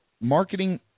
marketing